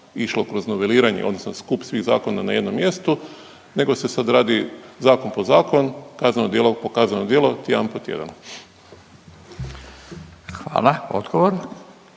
išlo kroz noveliranje odnosno skup svih zakona na jednom mjestu nego se sad radi zakon po zakon, kazneno djelo po kazneno djelo, tjedan po tjedan. **Radin,